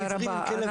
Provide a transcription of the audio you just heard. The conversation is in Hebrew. תודה רבה.